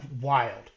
Wild